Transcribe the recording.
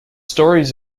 stories